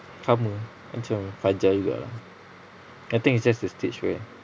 sama macam fajr juga I think it's just a stage where